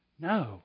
No